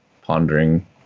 pondering